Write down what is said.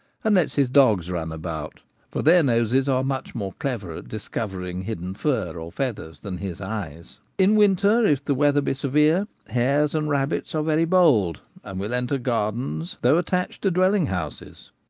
and lets his dogs run about for their noses are much more clever at discovering hidden fur or feathers than his eyes. in winter if the weather be severe, hares and rabbits are very bold, and will enter gardens though attached to dwelling-houses.